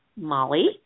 Molly